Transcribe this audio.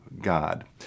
God